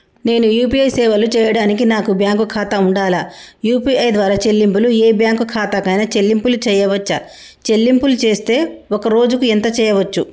నేను యూ.పీ.ఐ సేవలను చేయడానికి నాకు బ్యాంక్ ఖాతా ఉండాలా? యూ.పీ.ఐ ద్వారా చెల్లింపులు ఏ బ్యాంక్ ఖాతా కైనా చెల్లింపులు చేయవచ్చా? చెల్లింపులు చేస్తే ఒక్క రోజుకు ఎంత చేయవచ్చు?